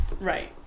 right